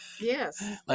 Yes